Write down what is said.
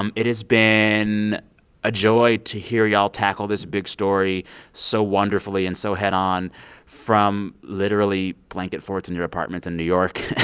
um it has been a joy to hear y'all tackle this big story so wonderfully and so head on from, literally, blanket forts in your apartments in new york